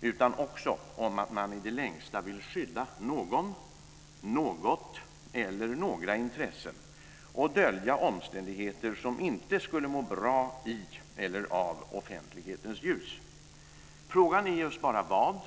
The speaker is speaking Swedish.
Det vittnar också om att man i det längsta vill skydda någon, något eller några intressen och dölja omständigheter som inte skulle må bra i, eller av, offentlighetens ljus. Frågan är just bara vad,